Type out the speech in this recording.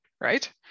Right